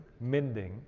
mending